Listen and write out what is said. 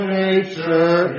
nature